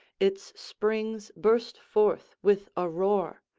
its springs burst forth with a roar.